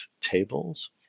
tables